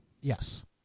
Yes